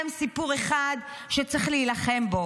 הם סיפור אחד שצריך להילחם בו.